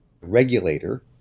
regulator